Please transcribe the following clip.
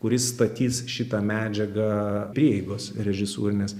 kuris statys šitą medžiagą prieigos režisūrinės